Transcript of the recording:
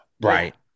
Right